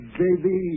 baby